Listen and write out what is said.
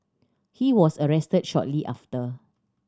he was arrested shortly after